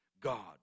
God